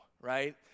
right